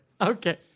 Okay